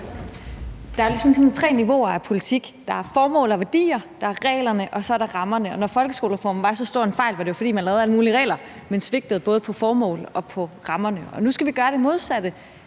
er ligesom tre niveauer af politik. Der er formål og værdier, der er reglerne, og så er der rammerne. Når folkeskolereformen var så stor en fejl, var det, fordi man lavede alle mulige regler, men svigtede både i forhold til formålet og rammerne. Nu skal vi gøre det modsatte.